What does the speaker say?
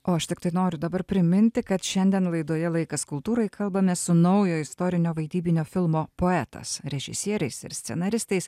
o aš tiktai noriu dabar priminti kad šiandien laidoje laikas kultūrai kalbamės su naujo istorinio vaidybinio filmo poetas režisieriais ir scenaristais